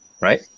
right